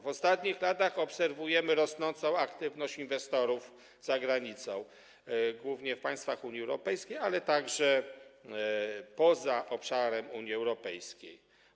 W ostatnich latach obserwujemy rosnącą aktywność inwestorów za granicą, głównie w państwach Unii Europejskiej, ale także poza obszarem Unii Europejskiej.